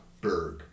Berg